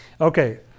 Okay